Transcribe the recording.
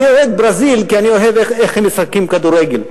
אני אוהד ברזיל כי אני אוהב איך שהם משחקים כדורגל,